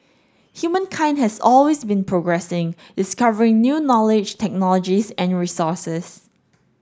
humankind has always been progressing discovering new knowledge technologies and resources